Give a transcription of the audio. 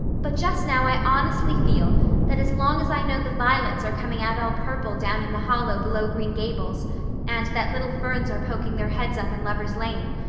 but just now i honestly feel that as long as i know the violets are coming out all purple down in the hollow below green gables and that little ferns are poking their heads up in lovers' lane,